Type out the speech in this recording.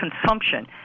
consumption